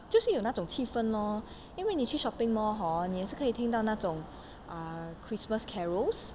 就是有那种气氛 lor 因为你去 shopping mall hor 你也是可以听到那种 christmas carols